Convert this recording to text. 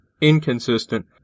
inconsistent